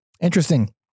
Interesting